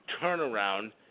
turnaround